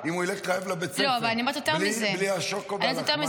אם הוא ילך רעב לבית הספר בלי השוקו והלחמנייה,